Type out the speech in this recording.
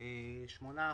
8%,